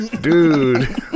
Dude